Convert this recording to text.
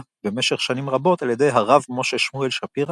במשך שנים רבות על ידי הרב משה שמואל שפירא,